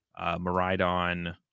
Maridon